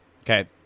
Okay